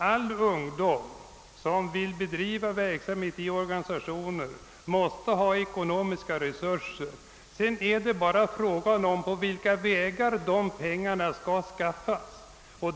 Alla ungdomar som vill bedriva verksamhet i organisationer måste ha ekonomiska resurser till det. Sedan är det bara fråga om på vilka vägar pengarna skall skaffas.